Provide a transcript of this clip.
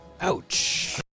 Ouch